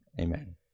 amen